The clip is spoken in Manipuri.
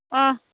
ꯑꯥ